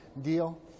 deal